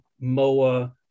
MOA